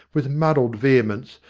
with muddled vehemence,